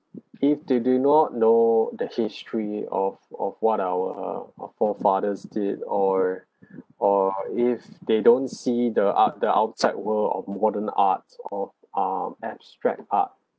if they do not know the history of of what our our forefathers did or or if they don't see the art the outside world of modern arts or um abstract art